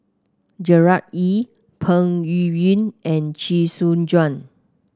Gerard Ee Peng Yuyun and Chee Soon Juan